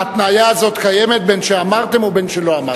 ההתניה הזאת קיימת, בין שאמרתם ובין שלא אמרתם.